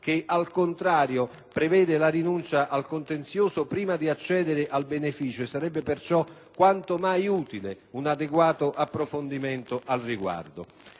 che, al contrario, prevede la rinuncia al contenzioso prima di accedere al beneficio e sarebbe perciò quanto mai utile un adeguato approfondimento al riguardo.